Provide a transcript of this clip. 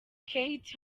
keith